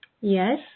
Yes